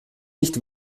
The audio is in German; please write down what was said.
nicht